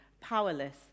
powerless